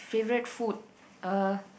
favourite food uh